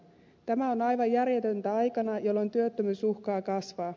tämä on aivan järjetöntä aikana jolloin työttömyys uhkaa kasvaa